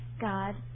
God